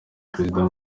perezida